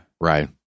Right